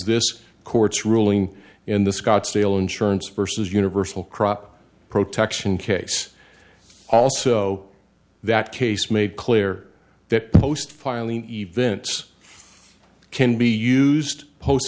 this court's ruling in the scottsdale insurance versus universal crop protection case also that case made clear that post filing events can be used post